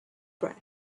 breath